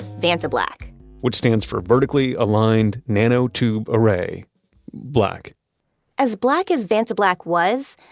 vantablack which stands for vertically aligned nano tube array black as black as vantablack was,